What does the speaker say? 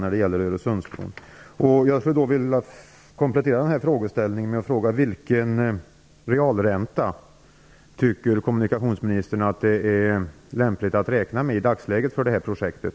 Jag vill då ställa en kompletterande fråga: Vilken realränta anser kommunikationsministern att det i dagsläget är lämpligt att räkna med när det gäller det här projektet?